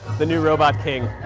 the new robot king.